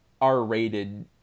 R-rated